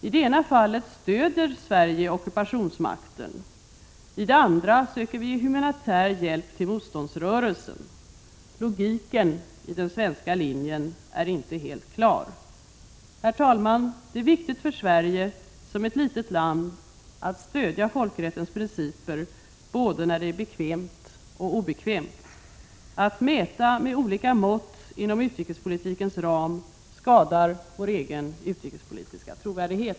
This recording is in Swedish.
I det ena fallet stödjer Sverige ockupationsmakten, i det andra söker vi ge humanitär hjälp till motståndsrörelsen. Logiken i den svenska linjen är inte helt klar. Herr talman! Det är viktigt för Sverige, som ett litet land, att stödja folkrättens principer både när det är bekvämt och när det är obekvämt. Att mäta olika mått inom utrikespolitikens ram skadar vår egen utrikespolitiska trovärdighet.